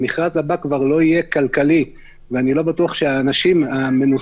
המכרז הבא כבר לא יהיה כלכלי ואני לא בטוח שהאנשים המנוסים